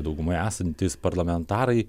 daugumoj esantys parlamentarai